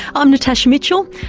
um natasha mitchell.